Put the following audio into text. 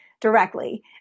directly